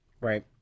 right